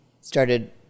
started